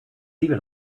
even